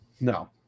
no